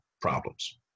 problems